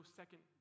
second